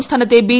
സംസ്ഥാനത്തെ ബി